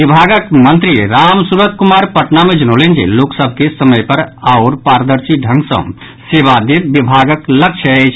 विभागक मंत्री राम सूरत कुमार पटना मे जनौलनि जे लोक सभ के समय पर आओर पारदर्शी ढंग सँ सेवा देब विभागक लक्ष्य अछि